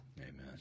Amen